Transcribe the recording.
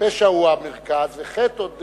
הפשע הוא המרכז, וחטא, עוד,